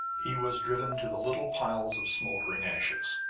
he was driven to the little piles of smoldering ashes,